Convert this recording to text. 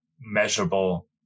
measurable